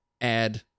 add